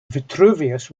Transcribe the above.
vitruvius